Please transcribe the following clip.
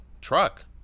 truck